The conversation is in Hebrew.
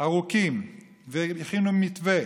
ארוכים והכינו מתווה